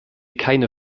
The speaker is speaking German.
keiner